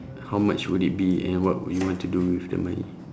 how much would it be and what will you want to do with the money